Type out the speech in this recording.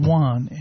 one